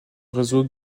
réseau